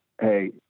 Hey